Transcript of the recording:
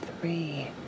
three